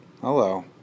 hello